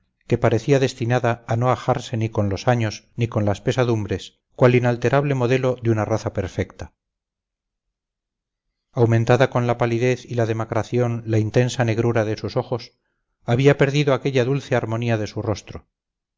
que parecía destinada a no ajarse ni con los años ni con las pesadumbres cual inalterable modelo de una raza perfecta aumentada con la palidez y la demacración la intensa negrura de sus ojos había perdido aquella dulce armonía de su rostro